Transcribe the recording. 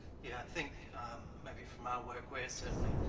yeah, i think maybe for my work, we're certainly